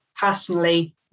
personally